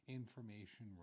information